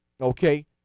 okay